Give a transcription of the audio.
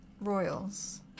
royals